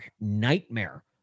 nightmare